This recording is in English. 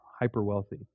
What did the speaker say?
hyper-wealthy